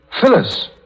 Phyllis